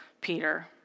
Peter